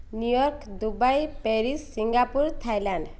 New York Dubai Paris Singapore Thailand